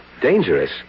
Dangerous